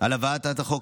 על הבאת הצעת החוק,